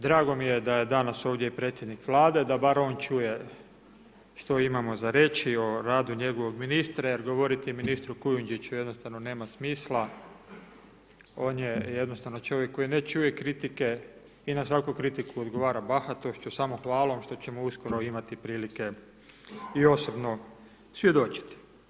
Drago mi je da je danas ovdje predsjednik Vlade, da bar on čuje što imamo za reći o radu njegovog ministra jer govoriti ministru Kujundžiću jednostavno nema smisla, on je jednostavno čovjek koji ne čuje kritike i na svaku kritiku odgovara bahatošću, samo hvala vam što ćemo uskoro imati prilike i osobno svjedočiti.